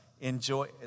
enjoy